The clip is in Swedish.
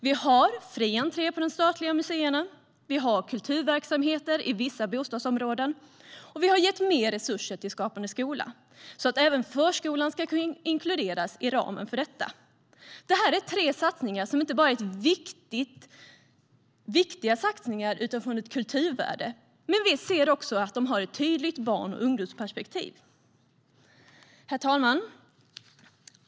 Vi har fri entré på de statliga museerna, vi har kulturverksamheter i vissa bostadsområden, och vi har gett mer resurser till Skapande skola, så att även förskolan ska kunna inkluderas i ramen för detta. Det är tre satsningar som inte bara är viktiga satsningar utan som också har ett kulturvärde. Men vi ser också att de har ett tydligt barn och ungdomsperspektiv. Herr talman!